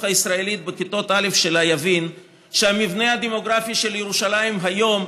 הישראלית בכיתות א' שלה יבין שהמבנה הדמוגרפי של ירושלים היום,